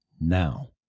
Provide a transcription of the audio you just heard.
now